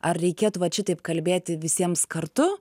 ar reikėtų vat šitaip kalbėti visiems kartu